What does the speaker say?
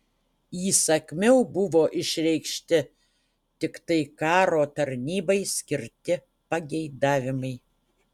įsakmiau buvo išreikšti tiktai karo tarnybai skirti pageidavimai